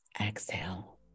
exhale